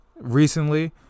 recently